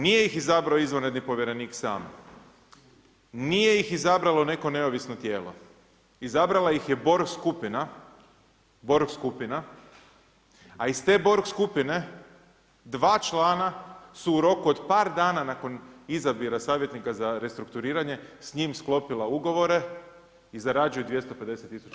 Nije ih izabrao izvanredni povjerenik sam, nije ih izabralo neko neovisno tijelo, izabirala ih je Borg skupina Borg skupina, a iz te Borg skupine, 2 člana su u roku od par dana nakon izabira savjetnika za restrukturiranje s njim sklopila ugovore i zarađuju 250000 kn mjesečno.